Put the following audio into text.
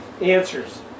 answers